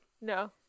No